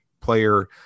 player